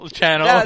channel